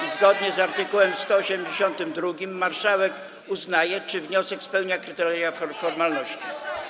i zgodnie z art. 182 marszałek uznaje, czy wniosek spełnia kryteria formalności.